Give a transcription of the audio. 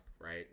right